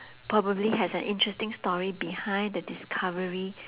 probably has an interesting story behind the discovery